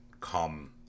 come